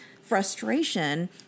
frustration